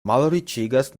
malriĉigas